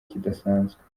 kidasanzwe